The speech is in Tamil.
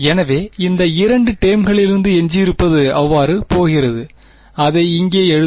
எனவே இந்த இரண்டு டேர்மக்ளிலிருந்து எஞ்சியிருப்பது அவ்வாறு போகிறது அதை இங்கே எழுதுவோம்